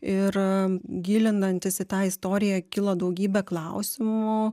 ir gilinantis į tą istoriją kilo daugybė klausimų